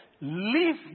leave